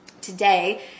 today